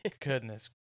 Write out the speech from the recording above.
Goodness